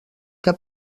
que